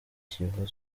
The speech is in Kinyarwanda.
kiyovu